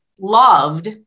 loved